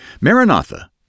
Maranatha